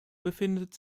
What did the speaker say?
befindet